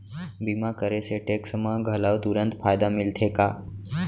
बीमा करे से टेक्स मा घलव तुरंत फायदा मिलथे का?